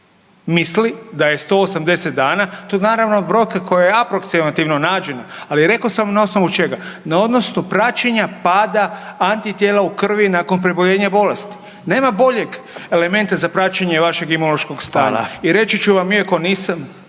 misli da je 180 dana, to je naravno brojka koja je aproksimativno nađena, ali rekao sam na osnovu čega. Na odnosu praćenja pada antitijela u krvi nakon preboljenja bolesti. Nema boljeg elementa za praćenje vašeg imunološkog stanja. .../Upadica: